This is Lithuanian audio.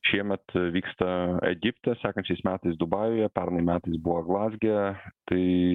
šiemet vyksta egipte sekančiais metais dubajuje pernai metais buvo glazge tai